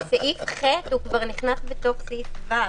סעיף (ח) נכנס בסעיף (ו).